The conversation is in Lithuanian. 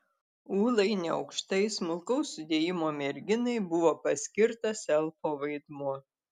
ūlai neaukštai smulkaus sudėjimo merginai buvo paskirtas elfo vaidmuo